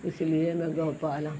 इसलिए मैं गौ पालन